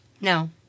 no